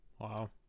Wow